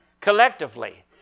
collectively